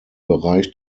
bereich